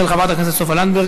של חברת הכנסת סופה לנדבר,